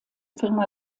firma